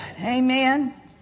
Amen